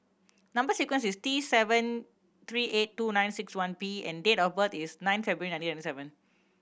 number sequence is T seven three eight two nine six one P and date of birth is nine February nineteen ninety seven